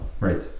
Right